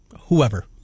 whoever